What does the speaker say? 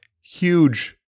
huge